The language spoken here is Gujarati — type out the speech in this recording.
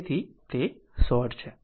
તેથી તે શોર્ટ છે